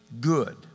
good